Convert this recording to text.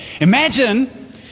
imagine